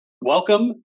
welcome